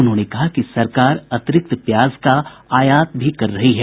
उन्होंने कहा कि सरकार अतिरिक्त प्याज का आयात भी कर रही है